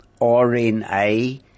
RNA